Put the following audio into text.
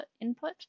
input